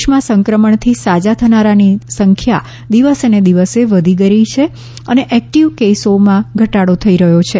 દેશમાં સંક્રમણથી સાજા થનારાની સંખ્યા દિવસે ને દિવસે વધી રહી છે અને એક્ટીવ કેસોમાં ઘટાડો થઇ રહ્યો છે